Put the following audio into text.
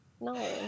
no